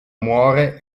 muore